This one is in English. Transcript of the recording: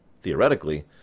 theoretically